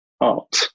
art